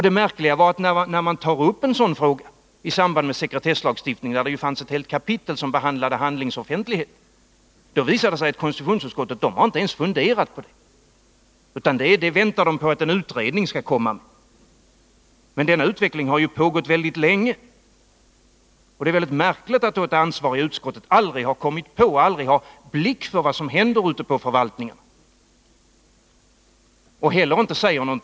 Det märkliga är att när man då tar upp en sådan fråga i samband med behandlingen av sekretesslagstiftningen, där det ju fanns ett helt kapitel som behandlade handlings offentlighet, så visar det sig att konstitutionsutskottet inte ens har funderat över detta, utan väntar på vad en utredning skall Nr 28 komma med. Men denna utveckling har ju pågått väldigt länge, och det är Onsdagen den märkligt att det ansvariga utskottet aldrig har kommit på det, aldrig har 19 november 1980 skaffat sig en bild av vad som händer ute på förvaltningarna.